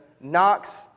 knocks